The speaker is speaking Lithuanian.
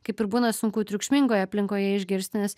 kaip ir būna sunku triukšmingoje aplinkoje išgirsti nes